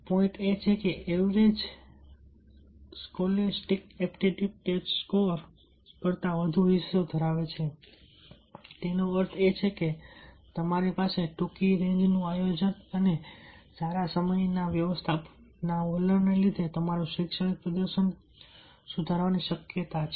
point average અને તે આ સ્કોલેસ્ટિક એપ્ટિટ્યુડ ટેસ્ટ સ્કોર કરતાં વધુ હિસ્સો ધરાવે છે તેનો અર્થ એ છે કે તમારી પાસે ટૂંકી રેન્જનું આયોજન અને સારા સમય વ્યવસ્થાપન વલણને લીધે તમારું શૈક્ષણિક પ્રદર્શન સુધરવાની શક્યતા વધુ છે